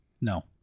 No